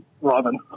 Robin